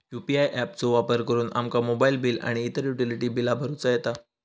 UPI app चो वापर करुन आमका मोबाईल बिल आणि इतर युटिलिटी बिला भरुचा येता